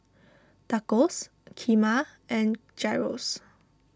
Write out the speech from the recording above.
Tacos Kheema and Gyros